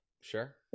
Sure